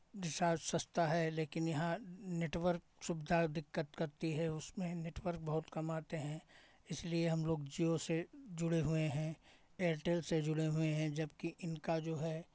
recharge सस्ता है लेकिन यहाँ नेटवर्क सुविधाएँ दिक्कत करती हैं उसमें नेटवर्क बहुत कम आते हैं इसलिए हम लोग जिओ से जुड़े हुए हैं एयरटेल से जुड़े हुए हैं जबकि इनका जो है